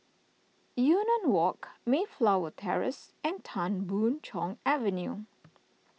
Yunnan Walk Mayflower Terrace and Tan Boon Chong Avenue